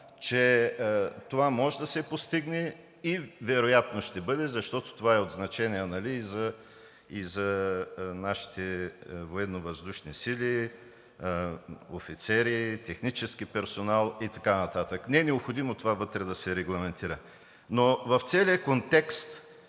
че това може да се постигне и вероятно ще бъде, защото това е от значение и за нашите Военновъздушни сили, офицери, технически персонал и така нататък, не е необходимо това вътре да се регламентира. Но в целия контекст